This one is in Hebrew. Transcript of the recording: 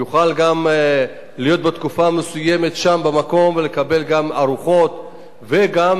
יוכל גם להיות תקופה מסוימת שם במקום ולקבל גם ארוחות וגם,